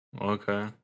Okay